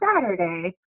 saturday